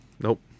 Nope